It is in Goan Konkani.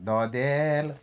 दोदेल